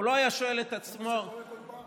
הוא לא היה שואל את עצמו, נכון.